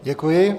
Děkuji.